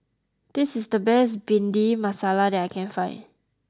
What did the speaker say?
this is the best Bhindi Masala that I can find